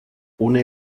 une